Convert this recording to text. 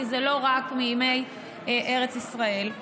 כי זה לא רק מימי ארץ ישראל,